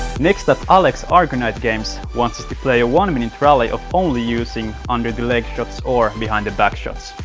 next up alexarconitegames wants us to play a one minute rally of only using under the leg shots or behind the back shots.